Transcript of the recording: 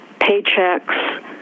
paychecks